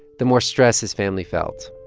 the more stress his family felt.